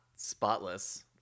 spotless